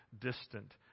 distant